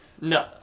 No